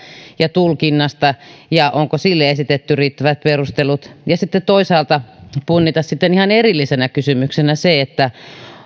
ja tulkinnasta ja siitä onko sille esitetty riittävät perustelut ja sitten toisaalta punnita ihan erillisenä kysymyksenä se